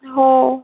हो